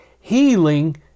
Healing